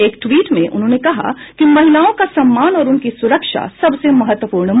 एक ट्वीट में उन्होंने कहा कि महिलाओं का सम्मान और उनकी सुरक्षा सबसे महत्वपूर्ण है